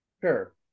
sure